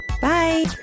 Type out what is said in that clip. Bye